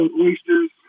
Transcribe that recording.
oysters